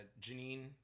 Janine